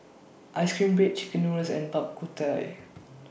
Ice Cream Bread Chicken Noodles and Bak Kut Teh